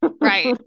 Right